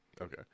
Okay